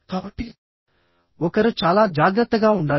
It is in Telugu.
కాబట్టి ఒకరు చాలా జాగ్రత్తగా ఉండాలి